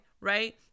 right